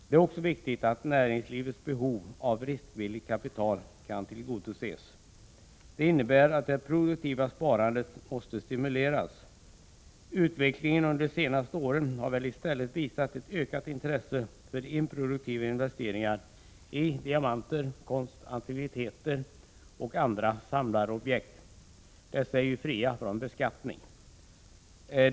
Det är också viktigt att näringslivets behov av riskvilligt kapital kan tillgodoses. Det innebär att det produktiva sparandet måste stimuleras. Utvecklingen under de senaste åren har väl i stället visat ett ökat intresse för improduktiva investeringar, i diamanter, konst, antikviteter och andra samlarobjekt. Dessa är ju fria från beskattning.